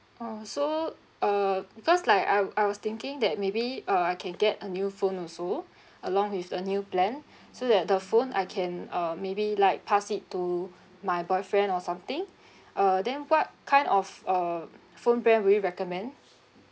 oh so uh because like I I was thinking that maybe uh I can get a new phone also along with the new plan so that the phone I can uh maybe like pass it to my boyfriend or something uh then what kind of uh phone plan will you recommend